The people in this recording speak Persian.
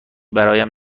برایم